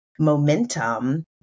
Momentum